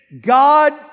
God